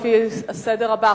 לפי הסדר הבא: